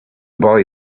boy